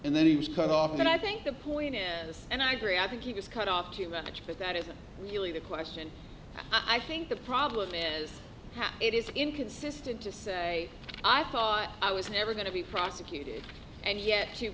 and then he was cut off and i think the point in this and i agree i think he was cut off too much but that isn't really the question i think the problem is that it is inconsistent to say i thought i was never going to be prosecuted and yet to